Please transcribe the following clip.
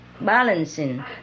balancing